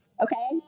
okay